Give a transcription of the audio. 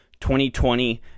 2020